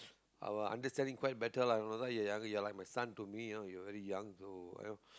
our understanding quite better lah you know you're like a son to me lah you're very young so